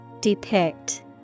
Depict